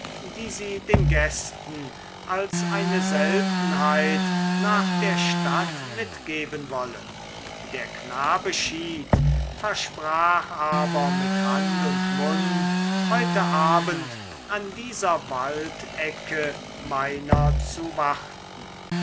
die sie den gästen als eine seltenheit nach der stadt mitgeben wolle der knabe schied versprach aber mit hand und mund heute abend an dieser waldecke meiner zu warten